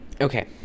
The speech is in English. Okay